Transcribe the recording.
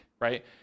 right